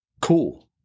cool